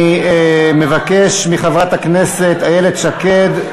אני מבקש מחברת הכנסת איילת שקד,